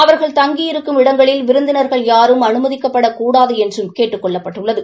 அவர்கள் தங்கியிருக்கும் இடங்களில் விருந்தினர்கள் யாரும் அனுமதிக்கப்படக் கூடாது என்றம் கேட்டுக் கொள்ளப்பட்டுள்ளது